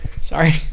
Sorry